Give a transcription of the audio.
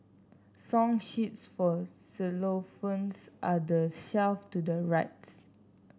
song sheets for xylophones are the shelf to the rights